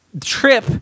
trip